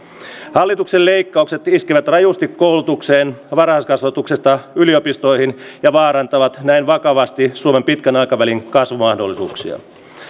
hallituksen leikkaukset iskevät rajusti koulutukseen varhaiskasvatuksesta yliopistoihin ja vaarantavat näin vakavasti suomen pitkän aikavälin kasvumahdollisuuksia